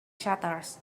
shutters